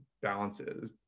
balances